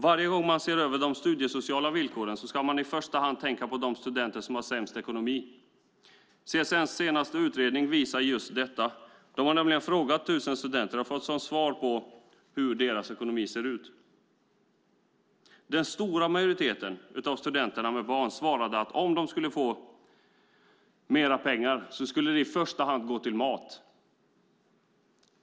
Varje gång man ser över de studiesociala villkoren ska man i första hand tänka på de studenter som har sämst ekonomi. CSN:s senaste utredning visar just detta. De har nämligen frågat 1 000 studenter hur deras ekonomi ser ut. Den stora majoriteten av de studenter som har barn svarade att om de fick mer pengar skulle de i första hand gå till mat.